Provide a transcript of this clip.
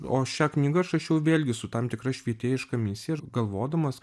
o šią knygą aš rašiau vėlgi su tam tikra švietėjiška misija ir galvodamas